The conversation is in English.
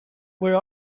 where